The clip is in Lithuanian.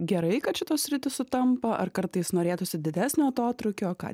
gerai kad šitos sritys sutampa ar kartais norėtųsi didesnio atotrūkio ką